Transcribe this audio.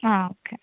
ആ ഓക്കെ